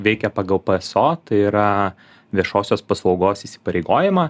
veikė pagal pso tai yra viešosios paslaugos įsipareigojimą